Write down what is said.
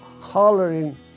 hollering